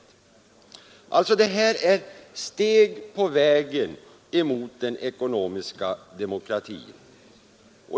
Allt detta är steg på vägen mot ekonomisk demokrati.